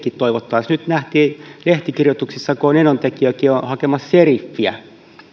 toivottaisiin poliiseja nyt nähtiin lehtikirjoituksissa että enontekiökin on hakemassa seriffiä kun